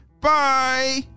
Bye